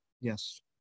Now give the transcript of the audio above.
Yes